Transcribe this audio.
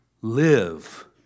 live